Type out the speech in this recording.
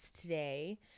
today